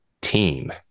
team